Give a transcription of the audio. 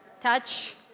touch